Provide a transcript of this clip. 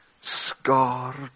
Scarred